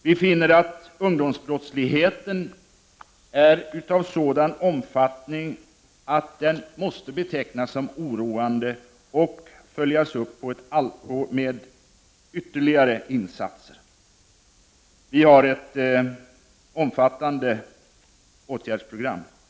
Vi finner att ungdomsbrottsligheten är av sådan omfattning att den måste betecknas som oroande och bör följas upp med ytterligare insatser. Vi har presenterat ett omfattande åtgärdsprogram.